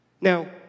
Now